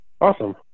Awesome